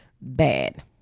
bad